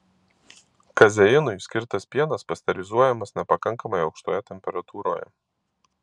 kazeinui skirtas pienas pasterizuojamas nepakankamai aukštoje temperatūroje